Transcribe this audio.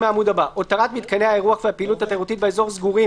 הותרת מתקני האירוח והפעילות התיירותית באזור סגורים